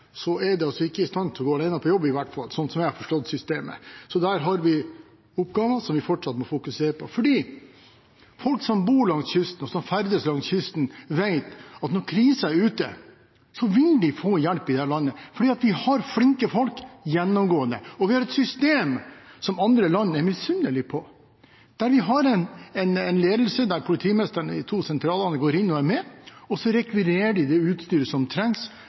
er de ikke i stand til å gå alene på jobb i hvert fall, slik jeg har forstått systemet. Så der har vi oppgaver som vi fortsatt må fokusere på, for folk som bor langs kysten, og som ferdes langs kysten, vet at når krisen er ute, så vil de få hjelp i dette landet fordi vi har gjennomgående flinke folk. Og vi har et system som andre land misunner oss. Vi har en ledelse der politimesteren i to sentraler går inn og er med, og så rekvirerer de det utstyret som trengs